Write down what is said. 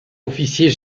officier